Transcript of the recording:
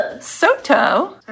Soto